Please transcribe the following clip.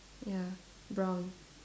ya brown